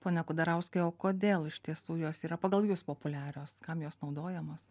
pone kudarauskai o kodėl iš tiesų jos yra pagal jus populiarios kam jos naudojamos